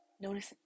Notice